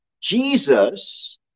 Jesus